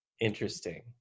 interesting